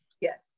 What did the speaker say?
Yes